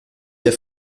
ihr